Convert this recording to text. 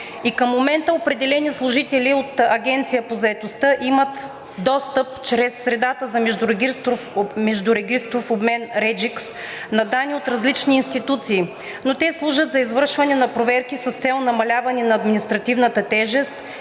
И към момента определени служители от Агенцията по заетостта имат достъп чрез средата за междурегистров обмен „Реджикс“ на данни от различни институции, но те служат за извършване на проверки с цел намаляване на административната тежест,